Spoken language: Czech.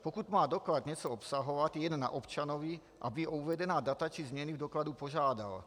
Pokud má doklad něco obsahovat, je jen na občanovi, aby o uvedená data či změny v dokladu požádal.